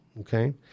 okay